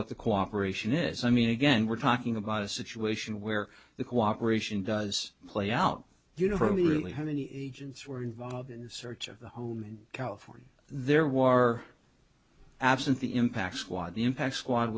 what the cooperation is i mean again we're talking about a situation where the cooperation does play out you know really how many agents were involved in the search of the home in california their war absent the impacts why the impacts squad